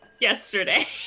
yesterday